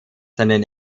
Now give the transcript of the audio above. seinen